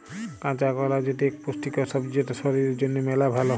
কাঁচা কলা যেটি ইক পুষ্টিকর সবজি যেটা শরীর জনহে মেলা ভাল